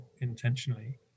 intentionally